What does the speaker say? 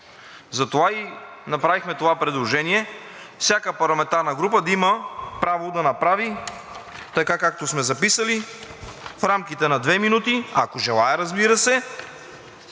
Затова и направихме това предложение – всяка парламентарна група да има право да направи, така както сме записали, в рамките на две минути, ако желае, разбира се,